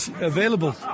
available